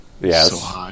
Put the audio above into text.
Yes